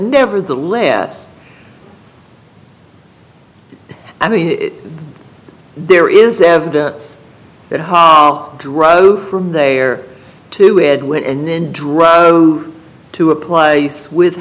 never the less i mean there is evidence that ha drove from there to edwin and then drove to a place with